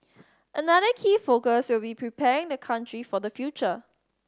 another key focus will be preparing the country for the future